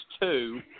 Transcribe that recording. two